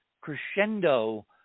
crescendo